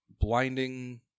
blinding